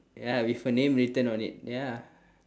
ya with her name written on it ya